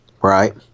Right